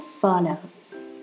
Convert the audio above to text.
follows